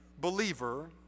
believer